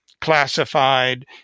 classified